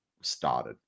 started